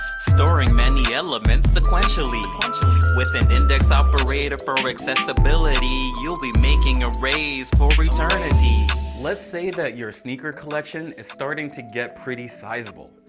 storing many elements sequentially with an index operator for accessibility you'll be making arrays for eternity let's say that your sneaker collection is starting to get pretty sizeable.